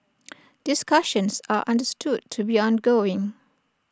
discussions are understood to be ongoing